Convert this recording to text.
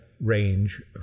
Range